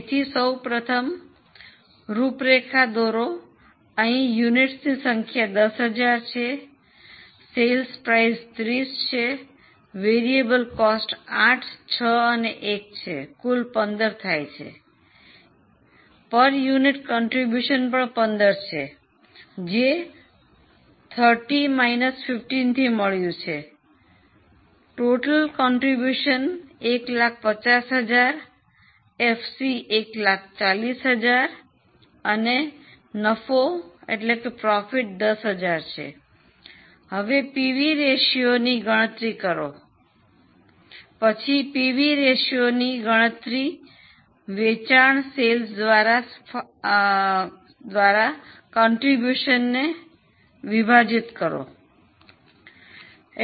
તેથી સો પ્રથમ રૂપરેખા દોરો અહીં એકમોની સંખ્યા 10000 છે વેચાણ કિંમત 30 છે ચલિત ખર્ચ 8 6 અને 1 છે કુલ 15 થાય છે એકમ દીઠ ફાળો પણ 15 છે જે 30 15 થી મળ્યું છે કુલ ફાળો 150000 એફસી 140000 અને નફો 10000 છે હવે પીવી રેશિયોની ગણતરી કરો મને લાગે છે કે તમે જાણો છો પીવી રેશિયોની ગણતરી વેચાણ દ્વારા ફાળોને વિભાજીત કરો